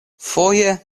foje